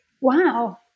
wow